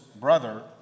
brother